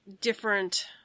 different